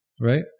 right